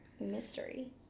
Mystery